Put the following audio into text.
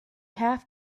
have